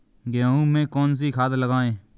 गेहूँ में कौनसी खाद लगाएँ?